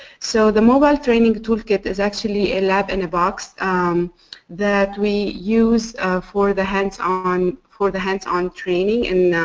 so the mobile training tool kit is actually a lab in a box that we use for the hands on, for the hands on training in